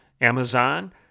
Amazon